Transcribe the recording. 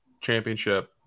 championship